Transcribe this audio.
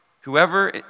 whoever